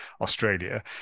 Australia